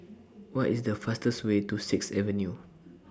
What IS The fastest Way to Sixth Avenue